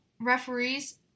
referees